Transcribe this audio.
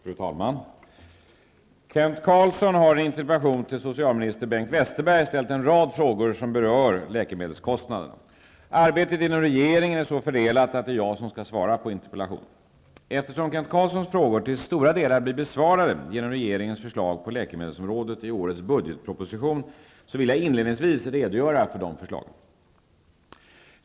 Fru talman! Kent Carlsson har i en interpellation till socialminister Bengt Westerberg ställt en rad frågor som berör läkemedelskostnaderna. Arbetet inom regeringen är så fördelat att det är jag som skall svara på interpellationen. Eftersom Kent Carlssons frågor till stora delar blir besvarade genom regeringens förslag på läkemedelsområdet i årets budgetproposition, vill jag inledningsvis redogöra för dessa förslag.